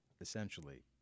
essentially